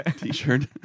t-shirt